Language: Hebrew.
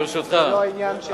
ברשותך,